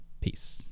Peace